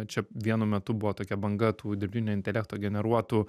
čia vienu metu buvo tokia banga tų dirbtinio intelekto generuotų